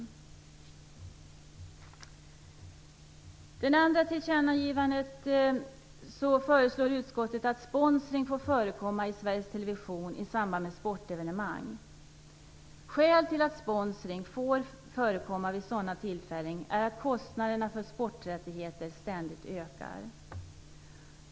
För det andra: Utskottet föreslår att sponsring får förekomma i Sveriges Television i samband med sportevenemang. Skäl till att sponsring får förekomma vid sådana tillfällen är att kostnaderna för sporträttigheter ständigt ökar.